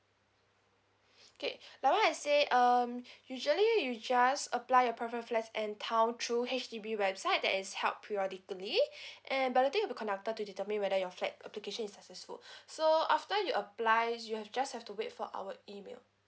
okay like what I say um usually you'll just apply a preferred flats and town through H_D_B website that is held periodically and balloting will be conducted to determine whether your flat application is successful so after you applies you've just have to wait for our email